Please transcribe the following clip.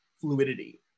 fluidity